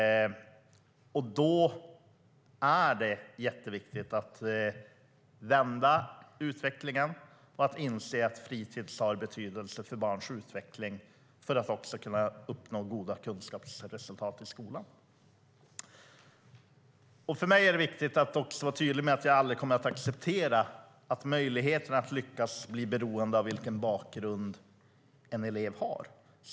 Då är det jätteviktigt att vända utvecklingen och att inse att fritis har betydelse för barns utveckling, för att också kunna uppnå goda kunskapsresultat i skolan. För mig är det viktigt att vara tydlig med att jag aldrig kommer att acceptera att möjligheterna att lyckas blir beroende av vilken bakgrund en elev har.